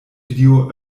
video